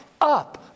up